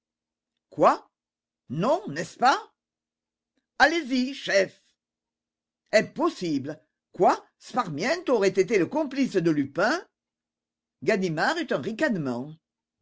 quoi non n'est-ce pas allez-y chef impossible quoi sparmiento aurait été le complice de lupin ganimard eut un ricanement